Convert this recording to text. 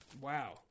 Wow